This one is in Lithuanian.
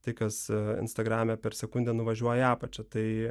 tai kas instagrame per sekundę nuvažiuoja į apačią tai